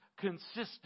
consistent